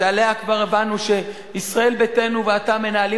שעליה כבר הבנו שישראל ביתנו ואתה מנהלים